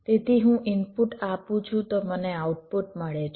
તેથી હું ઇનપુટ આપુ છું તો મને આઉટપુટ મળે છે